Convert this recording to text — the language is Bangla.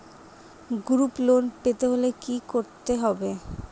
গ্রুপ লোন পেতে হলে কি করতে হবে?